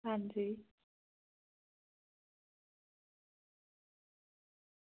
हां जी